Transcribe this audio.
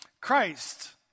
Christ